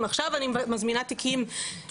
אני לא מכירה מה קרה קודם לכן.